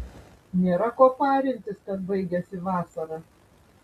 nėra ko parintis kad baigiasi vasara